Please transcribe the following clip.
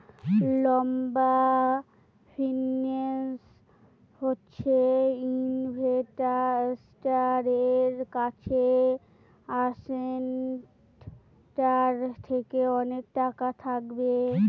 লম্বা ফিন্যান্স হচ্ছে ইনভেস্টারের কাছে অ্যাসেটটার থেকে অনেক টাকা থাকবে